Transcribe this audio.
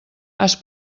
has